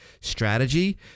strategy